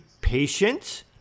patient